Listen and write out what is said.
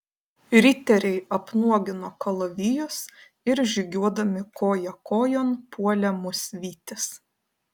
riteriai apnuogino kalavijus ir žygiuodami koja kojon puolė mus vytis